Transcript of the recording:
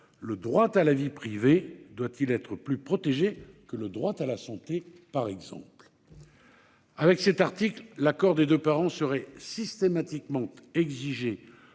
Le droit à la vie privée doit-il être plus protégé que le droit à la santé par exemple ? Avec cet article, l'accord des deux parents serait systématiquement exigé